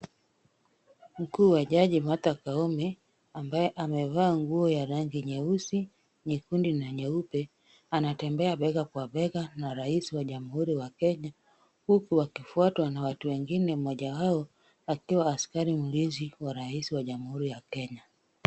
Mkuu wa majaji Martha Koome ambaye amevaa nguo ya rangi nyeusi, nyekundu na nyeupe, anatembea bega kwa bega na rais wa jamhuri ya Kenya, huku wakifuatwa na watu wengine, mmoja wao akiwa askari mlinzi wa rais wa jamhuri ya Kenya.